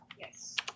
Yes